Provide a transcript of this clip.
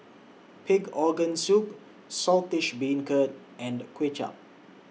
Pig Organ Soup Saltish Beancurd and Kuay Chap